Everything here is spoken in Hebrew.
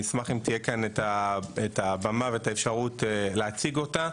אני אשמח אם תהיה כאן את הבמה ואת האפשרות להציג אותה,